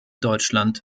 deutschland